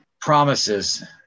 promises